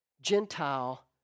Gentile